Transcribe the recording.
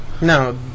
No